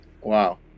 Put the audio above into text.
Wow